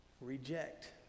reject